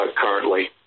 currently